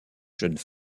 jeune